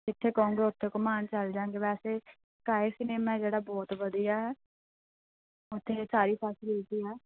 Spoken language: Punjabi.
ਜਿੱਥੇ ਕਹੋਂਗੇ ਉੱਥੇ ਘੁੰਮਾਉਣ ਚਲ ਜਾਂਵਾਂਗੇ ਵੈਸੇ ਸਕਾਈ ਸਿਨੇਮਾ ਜਿਹੜਾ ਬਹੁਤ ਵਧੀਆ ਉੱਥੇ ਸਾਰੀ ਫੈਸਿਲਟੀ ਹੈ